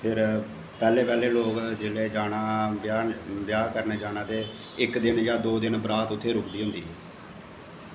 फिर पैह्लें पैह्लें लोक जेल्लै जाना ब्याह्न ब्याह् करन जाना ते इक दिन जां दो दिन बरात उत्थें रुकदी होंदी ही